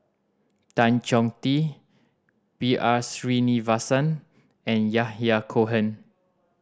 Tan Chong Tee B R Sreenivasan and Yahya Cohen